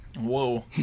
Whoa